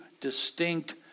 distinct